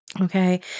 Okay